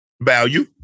value